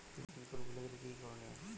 Pin code ভুলে গেলে কি কি করনিয়?